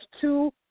two